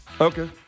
Okay